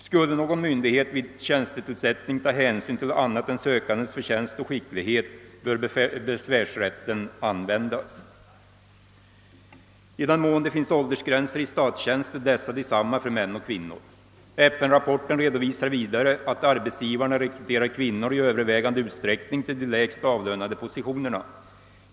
Skulle någon myndighet vid tjänstetillsättning ta hänsyn till annat än sökandenas förtjänst och skicklighet bör besvärsrätten användas. I den mån det finns åldersgränser i statstjänst är dessa desamma för män och kvinnor. FN-rapporten redovisar vidare att arbetsgivarna rekryterar kvinnor i övervägande utsträckning till de lägst avlönade positionerna.